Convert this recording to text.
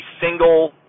single